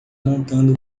montando